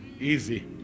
easy